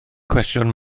cwestiwn